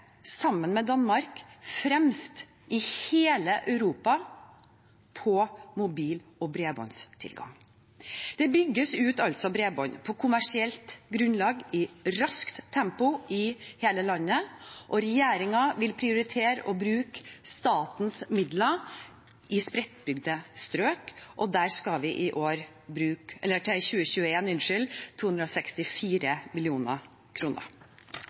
sammen med Danmark fremst i hele Europa på mobil- og bredbåndstilgang. Det bygges ut bredbånd på kommersielt grunnlag i raskt tempo i hele landet. Regjeringen vil prioritere å bruke statens midler i spredtbygde strøk, og der skal vi i